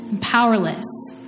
powerless